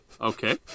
Okay